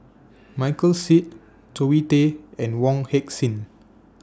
Michael Seet Zoe Tay and Wong Heck Sing